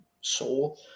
soul